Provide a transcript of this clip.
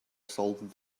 sold